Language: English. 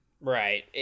Right